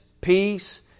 peace